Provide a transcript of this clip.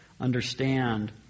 understand